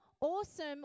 awesome